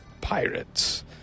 pirates